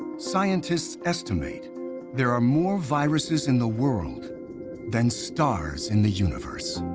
scientists estimate there are more viruses in the world than stars in the universe.